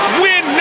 win